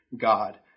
God